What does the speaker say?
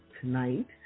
tonight